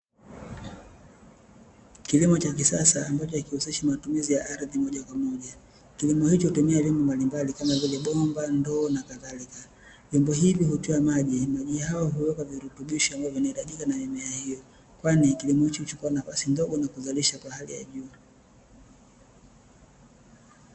Kilimo cha kisasa, ambacho hakihusishi matumizi ya ardhi moja kwa moja, kilimo hichi hutumia vyombo mbalimbali kama vile bomba ndoo nakadhalika, vyombo hivi hutiwa maji na maji hayo huweka virutubisho vinavyohitajika na mimea hiyo kwani kilimo hichi huchukua nafasi ndogo na kuzalisha kwa hali ya juu.